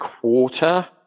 quarter